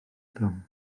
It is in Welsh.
blwm